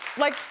like,